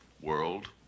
world